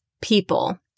people